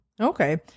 Okay